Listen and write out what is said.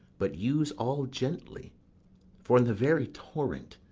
but use all gently for in the very torrent,